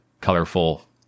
colorful